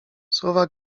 słowa